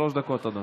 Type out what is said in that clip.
שלוש דקות, אדוני.